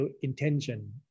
intention